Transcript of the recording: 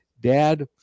dad